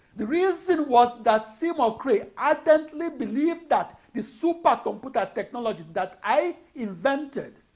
the reason was that seymour cray ardently believed that the supercomputer technology that i invented